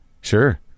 Sure